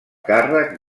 càrrec